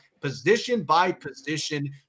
position-by-position